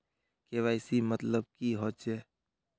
KYC मतलब की होचए?